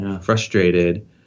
frustrated